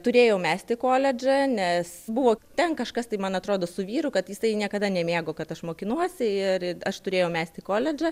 turėjau mesti koledžą nes buvo ten kažkas tai man atrodo su vyru kad jis tai niekada nemėgo kad aš mokinuosi ir ir aš turėjau mesti koledžą